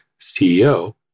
CEO